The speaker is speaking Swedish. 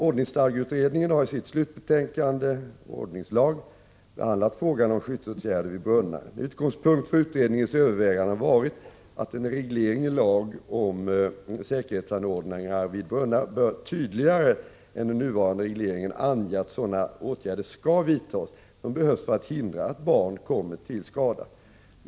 Ordningsstadgeutredningen har i sitt slutbetänkande Ordningslag behandlat frågan om skyddsåtgärder vid brunnar. En utgångspunkt för utredningens överväganden har varit att en reglering i lag om säkerhetsanordningar vid brunnar bör tydligare än den nuvarande regleringen ange att sådana åtgärder skall vidtas som behövs för att hindra att barn kommer till skada.